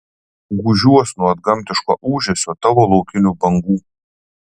gūžiuos nuo antgamtiško ūžesio tavo laukinių bangų